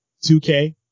2K